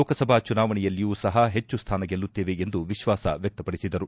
ಲೋಕಸಭಾ ಚುನಾವಣೆಯಲ್ಲಿಯೂ ಸಹ ಹೆಚ್ಚು ಸ್ಥಾನ ಗೆಲ್ಲುತ್ತೇವೆ ಎಂದು ವಿಶ್ವಾಸ ವ್ಲಕ್ತ ಪಡಿಸಿದರು